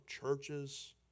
churches